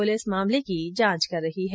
police मामले की जांच कर रही है